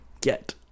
get